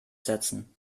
setzen